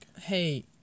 hey